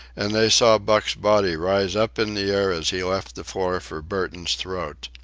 and they saw buck's body rise up in the air as he left the floor for burton's throat.